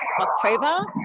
October